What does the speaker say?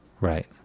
Right